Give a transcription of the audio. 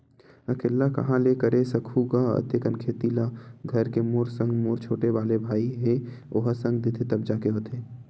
अकेल्ला काँहा ले करे सकहूं गा अते कन खेती ल घर के मोर संग मोर छोटे वाले भाई हे ओहा संग देथे तब जाके होथे